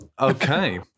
Okay